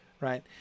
right